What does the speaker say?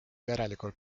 järelikult